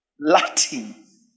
Latin